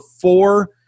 four